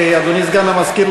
אדוני סגן המזכיר,